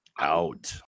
Out